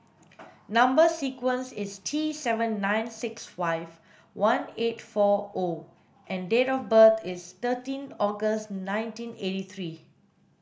number sequence is T seven nine six five one eight four O and date of birth is thirteen August nineteen eighty three